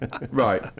Right